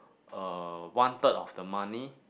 uh one third of the money